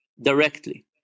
directly